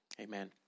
Amen